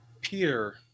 peer